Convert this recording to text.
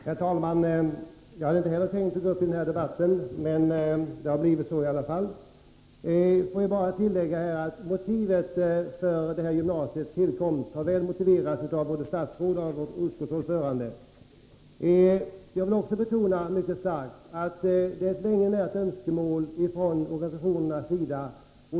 ;| med handikapp i Herr talman! Jag hade inte heller tänkt att gå upp i den här debatten, men detällmännaskol det har blivit så i alla fall. Motivet för detta gymnasiums tillkomst har på ett utmärkt sätt angivits av både statsrådet och utskottets ordförande. Jag vill också mycket starkt betona att detta är ett länge närt önskemål från organisationernas sida.